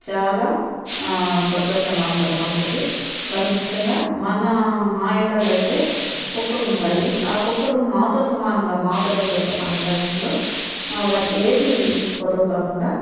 చాలా సంతోషంగా ఉంటుంది మనసుకి మరి ముఖ్యంగా మన మా ఇళ్ళల్లో అయితే కుక్కలు ఉంటాయి ఆ కుక్కలు మాతో సమానంగా మా పిల్లలతో సమానంగా ఇంట్లో వాటికి ఏది కొదవ కాకుండా